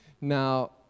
Now